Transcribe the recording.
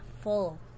full